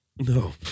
No